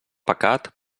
pecat